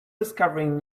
discovering